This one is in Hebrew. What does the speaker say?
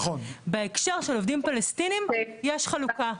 בהקשר של עובדים פלסטינים, יש חלוקה.